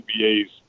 NBA's